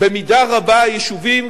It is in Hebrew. במידה רבה היישובים,